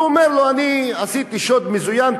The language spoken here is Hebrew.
אז הוא אומר לו: אני עשיתי שוד מזוין,